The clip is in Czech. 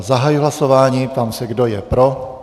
Zahajuji hlasování a ptám se, kdo je pro.